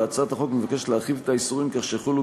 והצעת החוק מבקשת להרחיב את האיסורים כך שיחולו